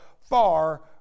far